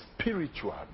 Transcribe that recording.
spiritual